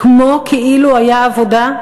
כמו כאילו היה עבודה,